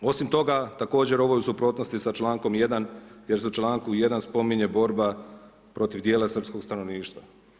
Osim toga, također ovo je u suprotnosti sa člankom 1. jer se u članku 1. spominje borba protiv dijela srpskog stanovništva.